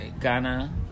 Ghana